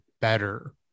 better